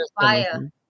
fire